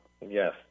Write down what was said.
Yes